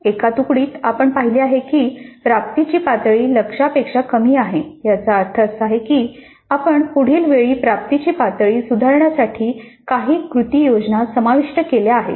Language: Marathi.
एका तुकडीत आपण पाहिले आहे की प्राप्तीची पातळी लक्ष्यांपेक्षा कमी आहे याचा अर्थ असा आहे की आपण पुढील वेळी प्राप्तीची पातळी सुधारण्यासाठी काही कृती योजना समाविष्ट केल्या आहेत